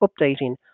updating